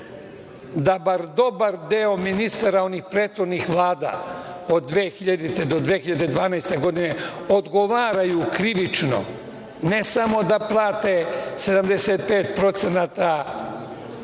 da bar dobar deo ministara onih prethodnih Vlada, od 2000. do 2012. godine, odgovaraju krivično, ne samo da plate 75% poreza,